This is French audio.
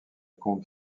comte